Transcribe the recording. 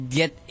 get